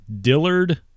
Dillard